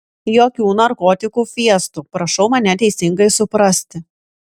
jokių narkotikų fiestų prašau mane teisingai suprasti